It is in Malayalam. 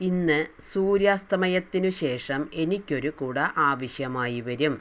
ഇന്ന് സൂര്യാസ്തമയത്തിനു ശേഷം എനിക്കൊരു കുട ആവശ്യമായി വരും